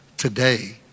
today